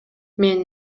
мен